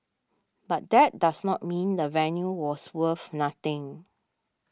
but that does not mean the venue was worth nothing